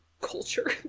Culture